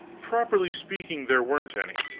properly speaking, there weren't any.